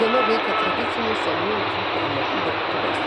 jame veikia tradicinių senųjų dzūkų amatų dirbtuvės